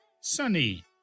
Sunny